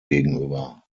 gegenüber